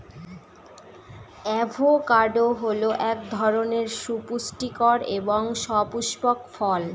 avocado হল এক ধরনের সুপুষ্টিকর এবং সপুস্পক ফল